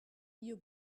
you